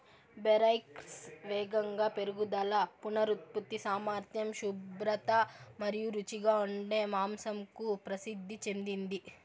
Berkshires వేగంగా పెరుగుదల, పునరుత్పత్తి సామర్థ్యం, శుభ్రత మరియు రుచిగా ఉండే మాంసంకు ప్రసిద్ధి చెందింది